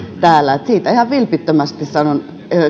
täällä siitä ihan vilpittömästi sanon